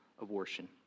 Abortion